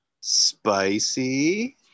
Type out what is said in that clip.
Spicy